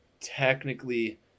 technically